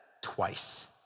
twice